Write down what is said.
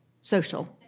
social